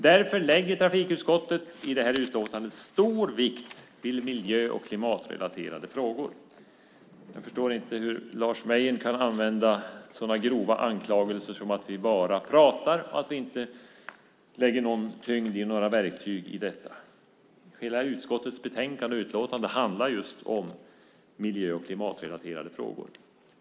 Därför lägger trafikutskottet i det här utlåtandet stor vikt vid miljö och klimatrelaterade frågor. Jag förstår inte hur Lars Mejern kan komma med sådana grova anklagelser som att vi bara pratar och att vi inte lägger någon tyngd vid några verktyg i detta. Hela utskottets utlåtande handlar just om miljö och klimatrelaterade frågor.